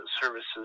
services